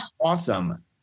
Awesome